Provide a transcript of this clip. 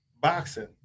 boxing